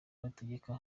hategeka